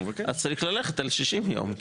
אז צריך ללכת על 60 יום.